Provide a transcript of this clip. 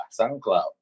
SoundCloud